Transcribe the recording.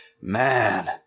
Man